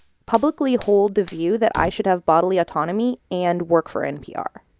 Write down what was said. publicly hold the view that i should have bodily autonomy and work for npr.